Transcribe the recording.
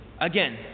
again